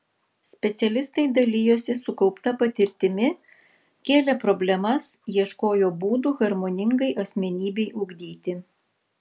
specialistai dalijosi sukaupta patirtimi kėlė problemas ieškojo būdų harmoningai asmenybei ugdyti